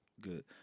good